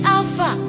Alpha